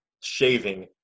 shaving